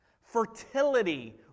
fertility